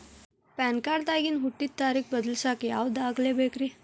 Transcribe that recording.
PAN card ದಾಗಿನ ಹುಟ್ಟಿದ ತಾರೇಖು ಬದಲಿಸಾಕ್ ಯಾವ ದಾಖಲೆ ಬೇಕ್ರಿ?